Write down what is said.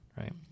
right